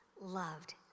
loved